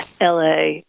LA